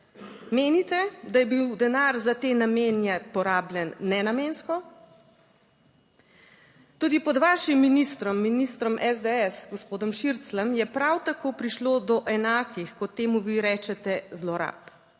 Menite, da je bil denar za te namene porabljen nenamensko? Tudi pod vašim ministrom, ministrom SDS, gospodom Šircljem je prav tako prišlo do enakih, kot temu vi rečete, zlorab.